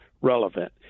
relevant